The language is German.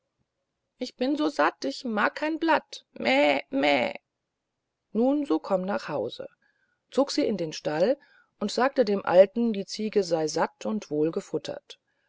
ich bin so satt ich mag kein blatt meh meh nun so komm nach haus zog sie in den stall und sagte dem alten die ziege sey satt und